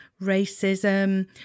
racism